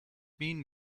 mean